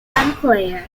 unclear